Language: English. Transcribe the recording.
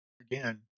Again